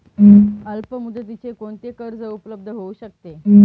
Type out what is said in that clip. अल्पमुदतीचे कोणते कर्ज उपलब्ध होऊ शकते?